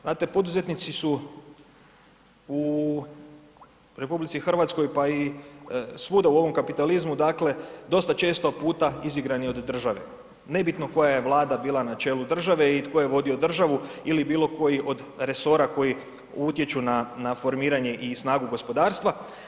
Znate poduzetnici su u RH pa i svuda u ovom kapitalizmu dosta često puta izigrani od države, nebitno koja je vlada bila na čelu države i tko je vodio državu ili bilo koji od resora koji utječu na formiranje i snagu gospodarstva.